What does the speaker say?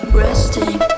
resting